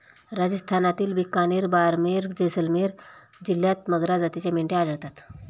राजस्थानातील बिकानेर, बारमेर, जैसलमेर जिल्ह्यांत मगरा जातीच्या मेंढ्या आढळतात